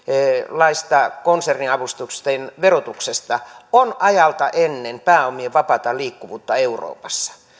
laista konserniavustusten verotuksesta on ajalta ennen pääomien vapaata liikkuvuutta euroopassa